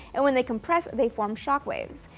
and when they compress they form shock waves.